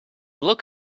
look